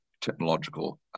technological